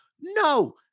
No